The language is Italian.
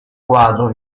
quadro